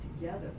together